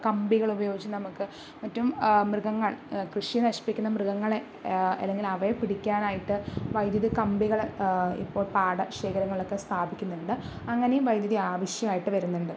കമ്പികള് ഉപയോഗിച്ചു നമുക്ക് മറ്റും മൃഗങ്ങൾ കൃഷി നശിപ്പിക്കുന്ന മൃഗങ്ങളെ അല്ലെങ്കിൽ അവയെ പിടിക്കാനായിട്ട് വൈദ്യുതി കമ്പികള് ഇപ്പോൾ പാടശേഖരങ്ങളൊക്കെ സ്ഥാപിക്കുന്നുണ്ട് അങ്ങനെയും വൈദ്യുതി ആവശ്യമായിട്ട് വരുന്നുണ്ട്